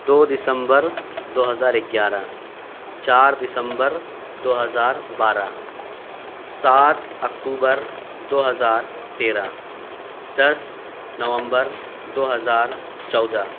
دو دسمبر دو ہزار اگیارہ چار دسمبر دو ہزار بارہ سات اکتوبر دو ہزار تیرہ دس نومبر دو ہزار چودہ